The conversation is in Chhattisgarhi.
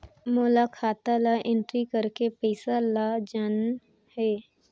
मोला खाता ला एंट्री करेके पइसा ला जान हे?